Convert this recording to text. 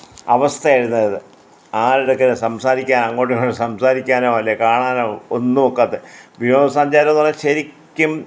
അവസ്ഥയായിരുന്നു അത് ആരുടെ അടുക്കെ സംസാരിക്കാം അങ്ങോട്ടോ ഇങ്ങോട്ടോ സംസാരിക്കാനോ അല്ലേ കാണാനോ ഒന്നും ഒക്കാത്ത വിനോദ സഞ്ചാരം എന്നു പറഞ്ഞാൽ ശരിക്കും